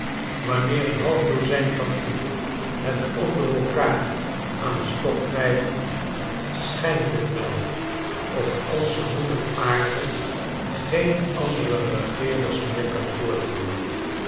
wanneer een half dozijn van u het onder elkaar aan den stok krijgen schijnt het wel of onze moeder aarde geen andere regeerders meer kan voortbrengen